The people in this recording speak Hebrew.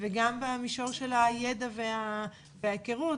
וגם במישור של הידע וההכרות.